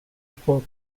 full